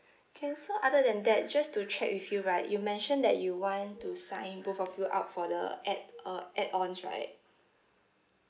can so other than that just to check with you right you mentioned that you want to sign both of you up for the add uh add-ons right